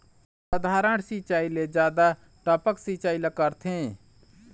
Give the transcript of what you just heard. साधारण सिचायी ले जादा टपक सिचायी ला करथे